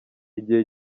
igihe